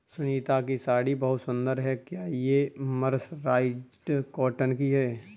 सुनीता की साड़ी बहुत सुंदर है, क्या ये मर्सराइज्ड कॉटन की है?